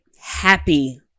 happy